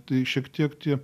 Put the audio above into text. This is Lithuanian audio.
tai šiek tiek tie